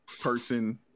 person